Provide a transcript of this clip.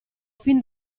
fin